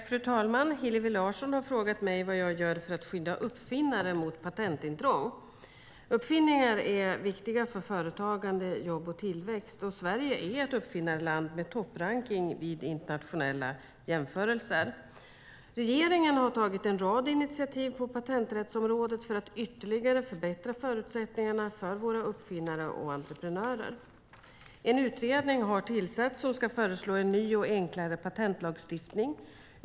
Fru talman! Hillevi Larsson har frågat mig vad jag gör för att skydda uppfinnare mot patentintrång. Uppfinningar är viktiga för företagande, jobb och tillväxt. Sverige är ett uppfinnarland med topprankning vid internationella jämförelser. Regeringen har tagit en rad initiativ på patenträttsområdet för att ytterligare förbättra förutsättningarna för våra uppfinnare och entreprenörer. En utredning har tillsatts som ska föreslå en ny och enklare patentlagstiftning.